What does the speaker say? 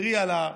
תראי על,